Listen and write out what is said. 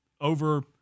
over